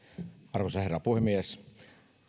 arvoisa herra puhemies